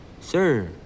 sir